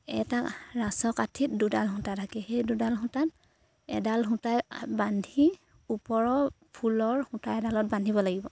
এটা ৰাছৰ কাঠিত দুডাল সূতা থাকে সেই দুডাল সূতাত এডাল সূতাই বান্ধি ওপৰৰ ফুলৰ সূতা এডালত বান্ধিব লাগিব